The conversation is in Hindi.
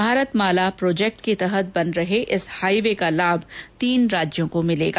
भारत माला प्रोजेक्ट के तहत बन रहे इस हाइवे का लाभ तीन राज्यों को मिलेगा